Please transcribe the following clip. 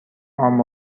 عام